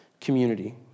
community